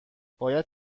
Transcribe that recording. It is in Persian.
باید